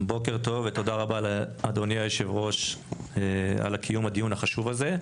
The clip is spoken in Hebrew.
בוקר טוב ותודה רבה לאדוני יושב הראש על קיום הדיון החשוב הזה.